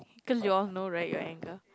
you all know right your anger